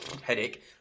headache